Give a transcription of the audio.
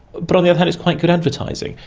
but on the other hand it's quite good advertising.